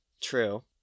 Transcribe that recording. True